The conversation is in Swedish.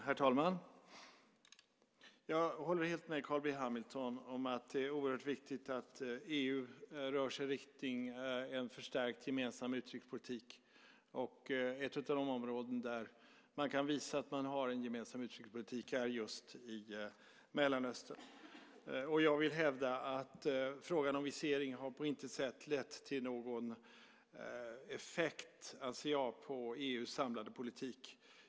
Herr talman! Jag håller helt med Carl B Hamilton om att det är oerhört viktigt att EU rör sig i riktning mot en förstärkt gemensam utrikespolitik. Ett av de områden där man kan visa att man har en gemensam utrikespolitik är just Mellanöstern. Jag vill hävda att jag anser att frågan om visering inte på något sätt lett till någon effekt på EU:s samlade politik.